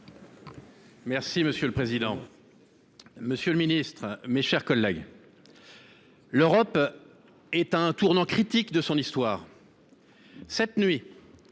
des affaires étrangères. Monsieur le ministre, mes chers collègues, l’Europe est à un tournant critique de son histoire. Cette nuit,